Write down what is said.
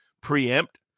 preempt